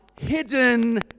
hidden